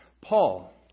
Paul